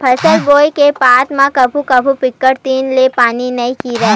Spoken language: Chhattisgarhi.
फसल बोये के बाद म कभू कभू बिकट दिन ले पानी नइ गिरय